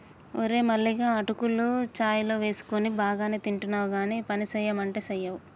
ఓరే మల్లిగా అటుకులు చాయ్ లో వేసుకొని బానే తింటున్నావ్ గానీ పనిసెయ్యమంటే సెయ్యవ్